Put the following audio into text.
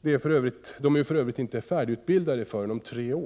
De är ju för övrigt inte färdigutbildade förrän om tre år.